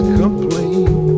complain